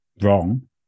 wrong